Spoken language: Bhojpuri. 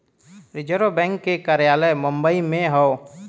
रिज़र्व बैंक के कार्यालय बम्बई में हौ